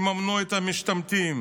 יממנו את המשתמטים.